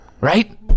Right